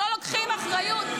שלא לוקחים אחריות,